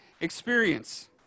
experience